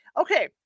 Okay